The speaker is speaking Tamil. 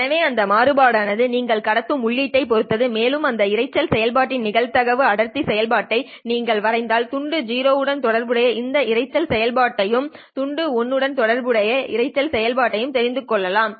எனவே அந்த மாறுபாடு ஆனது நீங்கள் கடத்தும் உள்ளீட்டை பொறுத்தது மேலும் இந்த இரைச்சல் செயல்பாட்டின் நிகழ்தகவு அடர்த்தி செயல்பாட்டை நீங்கள் வரைந்தால் துண்டு 0 உடன் தொடர்புடைய இந்த இரைச்சல் செயல்பாட்டையும் துண்டு 1 உடன் தொடர்புடைய இரைச்சல் செயல்பாட்டையும் தெரிந்து கொள்ளலாம்